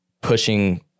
pushing